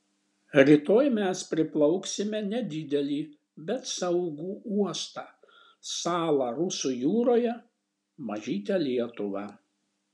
rytoj mes priplauksime nedidelį bet saugų uostą salą rusų jūroje mažytę lietuvą